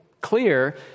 clear